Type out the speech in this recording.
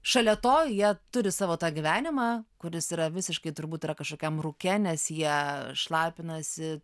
šalia to jie turi savo tą gyvenimą kuris yra visiškai turbūt yra kažkokiam rūke nes jie šlapinasi